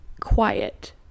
quiet